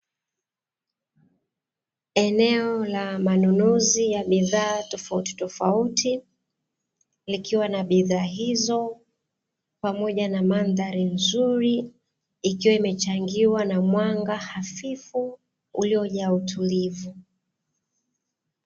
Eneo la manunuzi ya bidhaa tofautitofauti likiwa na bidhaa hizo pamoja na mandhari nzuri ikiwa imechangiwa na mwanga hafifu uliojaa utulivu.